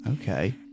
Okay